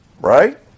right